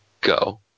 go